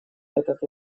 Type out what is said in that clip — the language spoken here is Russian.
этот